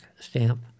Stamp